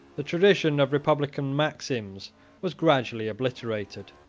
the tradition of republican maxims was gradually obliterated.